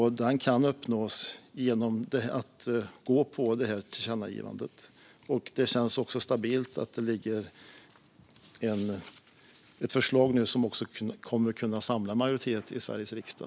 Detta kan uppnås genom att gå på det här tillkännagivandet. Det känns också stabilt att det nu ligger ett förslag som kommer att kunna samla majoritet i Sveriges riksdag.